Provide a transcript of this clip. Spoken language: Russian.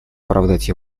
оправдать